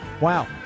Wow